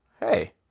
hey